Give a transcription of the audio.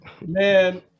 man